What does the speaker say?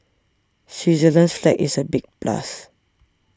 Switzerland's flag is a big plus